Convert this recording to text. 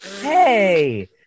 Hey